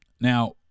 Now